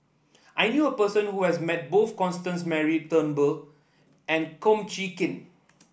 I knew a person who has met both Constance Mary Turnbull and Kum Chee Kin